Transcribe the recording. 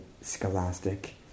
scholastic